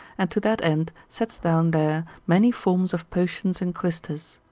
and to that end sets down there many forms of potions and clysters.